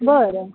बरं